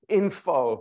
info